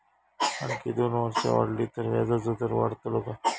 आणखी दोन वर्षा वाढली तर व्याजाचो दर वाढतलो काय?